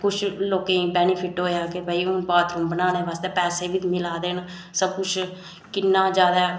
कुछ लोकें गी बैनिफेट होएया कि भाई हून बाथरूम बनाने आस्तै पैसे बी मिला देन सब कुछ किन्ना ज्यादा